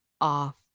off